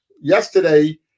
yesterday